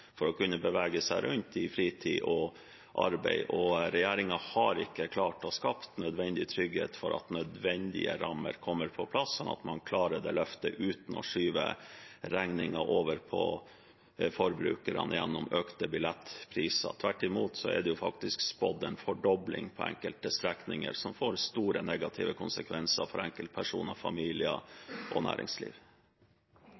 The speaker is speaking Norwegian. for å kunne bevege seg rundt, i fritid og i arbeid. Og regjeringen har ikke klart å skape nødvendig trygghet for at nødvendige rammer kommer på plass, sånn at man klarer dette løftet uten å skyve regningen over på forbrukerne gjennom økte billettpriser. Tvert imot er det faktisk spådd en fordobling på enkelte strekninger, som får store, negative konsekvenser for enkeltpersoner, familier